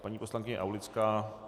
Paní poslankyně Aulická?